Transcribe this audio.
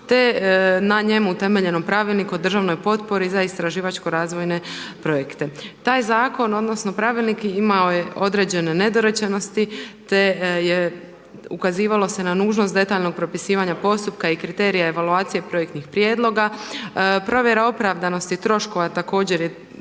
te na njemu utemeljenom pravilniku o državnoj potpori za istraživačko-razvojne projekte. Taj zakon odnosno pravilnik imao je određene nedorečenosti te se ukazivalo na nužnost detaljnog propisivanja postupka i kriterija evaluacije projektnih prijedloga, provjera opravdanosti troškova također je